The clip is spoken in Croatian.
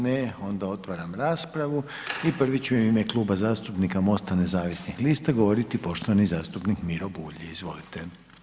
Ne, onda otvaram raspravu i prvi će u ime Kluba zastupnika MOST-a nezavisnih lista govoriti poštovani zastupnik Miro Bulj, izvolite.